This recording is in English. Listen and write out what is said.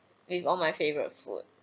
with all my favourite food